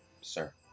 sir